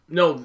no